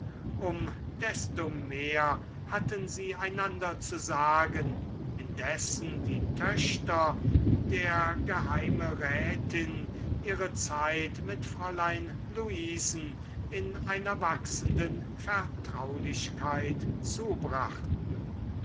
um desto mehr hatten sie einander zu sagen indessen die töchter der geheimerätin ihre zeit mit fräulein luisen in einer wachsenden vertraulichkeit zubrachten